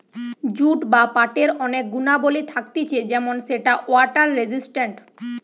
jute বা পাটের অনেক গুণাবলী থাকতিছে যেমন সেটা ওয়াটার রেসিস্টেন্ট